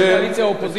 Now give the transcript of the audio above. זה עניין של ממשלה.